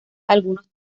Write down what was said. algunos